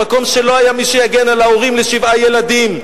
במקום שלא היה מי שיגן על ההורים לשבעה ילדים,